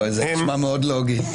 זה נשמע מאוד לא הוגן.